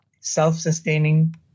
self-sustaining